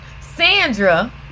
sandra